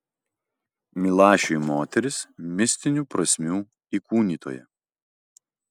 milašiui moteris mistinių prasmių įkūnytoja